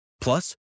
Plus